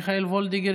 מיכל וולדיגר,